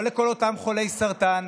לא לכל אותם חולי סרטן,